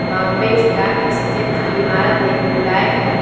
Bombay stock exchange की इमारत देखने लायक है